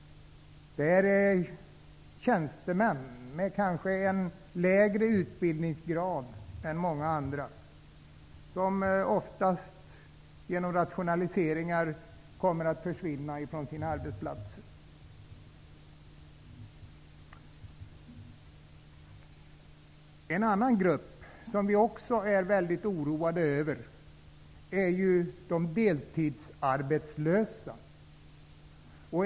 Det är tjänstemän med kanske en lägre utbildningsgrad än många andra som oftast genom rationaliseringar kommer att få lämna sina arbetsplatser. En annan grupp som vi också är väldigt oroade över är de deltidsarbetslösa.